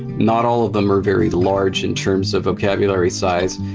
not all of them are very large in terms of vocabulary size,